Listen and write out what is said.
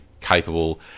capable